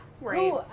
right